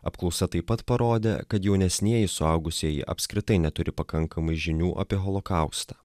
apklausa taip pat parodė kad jaunesnieji suaugusieji apskritai neturi pakankamai žinių apie holokaustą